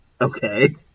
Okay